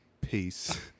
peace